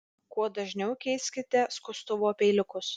kuo dažniau keiskite skustuvo peiliukus